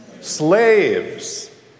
slaves